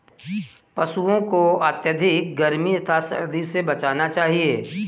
पशूओं को अत्यधिक गर्मी तथा सर्दी से बचाना चाहिए